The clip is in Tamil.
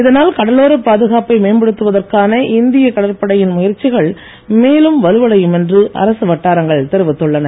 இதனால் கடலோரப் பாதுகாப்பை மேம்படுத்துவதற்கான இந்திய கடற்படையின் முயற்சிகள் மேலும் வலுவடையும் என்று அரசு வட்டாரங்கள் தெரிவித்துள்ளன